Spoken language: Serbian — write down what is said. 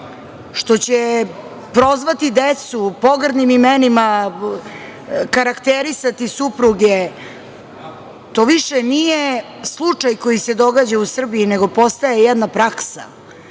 što će prozvati decu pogrdnim imenima, karakterisati supruge, to više nije slučaj koji se događa u Srbiji, nego postaje jedna praksa.